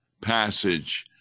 passage